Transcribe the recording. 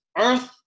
Earth